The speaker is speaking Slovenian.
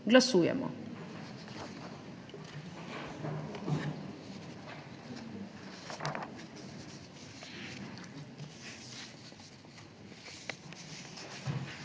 Glasujemo.